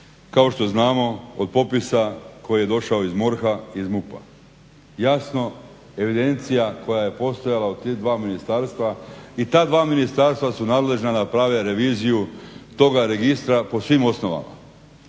kao što znamo od popisa koji je došao iz MORH-a i iz MUP-a. Jasno evidencija koja je postojala u ta dva ministarstva i ta dva ministarstva su nadležna da naprave reviziju toga registra po svim osnovama.